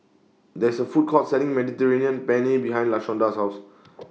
There IS A Food Court Selling Mediterranean Penne behind Lashonda's House